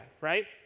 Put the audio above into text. right